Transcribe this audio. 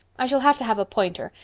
i shall have to have a pointer,